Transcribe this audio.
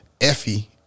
Effie